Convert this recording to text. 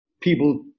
people